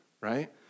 right